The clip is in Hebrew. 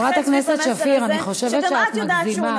חברת הכנסת שפיר, אני חושבת שאת מגזימה.